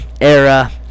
era